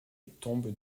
tombe